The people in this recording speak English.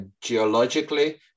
geologically